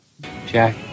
Jack